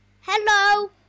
hello